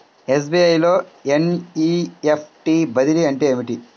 SBI లో NEFT బదిలీ అంటే ఏమిటి?